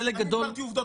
אני דיברתי על עובדות.